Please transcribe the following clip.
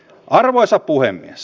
arvoisa puhemies